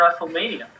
WrestleMania